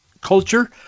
culture